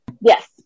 Yes